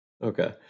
Okay